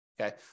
Okay